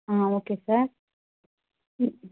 ஆ okay sir ம்